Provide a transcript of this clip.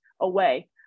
away